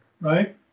right